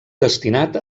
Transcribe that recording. destinat